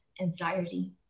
anxiety